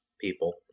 people